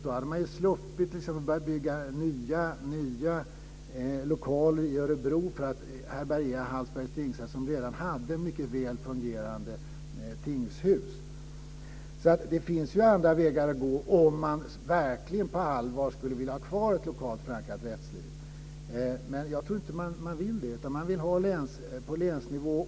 Då hade man sluppit bygga nya lokaler i Örebro för att härbärgera Hallsbergs tingsrätt som redan hade ett mycket väl fungerande tingshus. Det finns andra vägar att gå om man verkligen på allvar skulle vilja ha kvar ett lokalt förankrat rättsliv. Men jag tror inte att man vill det, utan man vill ha detta på länsnivå.